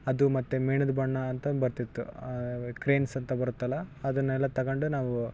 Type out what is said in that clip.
ಅದು ಮತ್ತು ಮೇಣದ ಬಣ್ಣ ಅಂತ ಬರ್ತಿತ್ತು ಕ್ರಯನ್ಸ್ ಅಂತ ಬರುತ್ತಲ ಅದನ್ನೆಲ್ಲಾ ತಗೋಂಡ್ ನಾವು